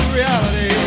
reality